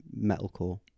metalcore